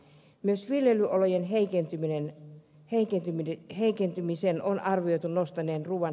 myös viljelyolojen heikentymisen on arvioitu nostaneen ruuan hintaa